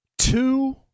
Two